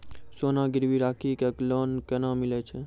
सोना गिरवी राखी कऽ लोन केना मिलै छै?